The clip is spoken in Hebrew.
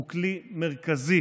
הוא כלי מרכזי